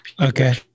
Okay